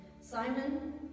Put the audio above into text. Simon